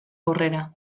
aurrera